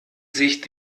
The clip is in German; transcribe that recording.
sich